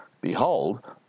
Behold